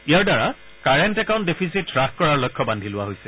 ইয়াৰ দ্বাৰা current account deficit হ্ৰাস কৰাৰ লক্ষ্য বান্ধি লোৱা হৈছে